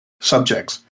subjects